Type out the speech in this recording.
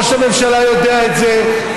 ראש הממשלה יודע את זה,